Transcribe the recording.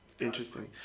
Interesting